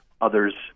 Others